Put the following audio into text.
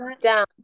down